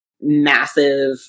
massive